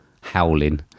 howling